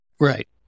Right